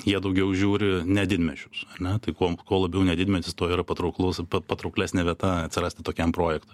jie daugiau žiūri ne didmiesčius tai kuom kuo labiau ne didmiestis tuo yra patrauklus patrauklesnė vieta atsirasti tokiam projektui